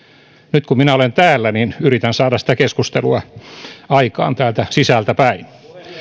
nyt kun minä olen täällä niin yritän saada sitä keskustelua aikaan täältä sisältäpäin